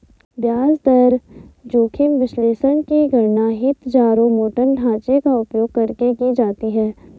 ब्याज दर जोखिम विश्लेषण की गणना हीथजारोमॉर्टन ढांचे का उपयोग करके की जाती है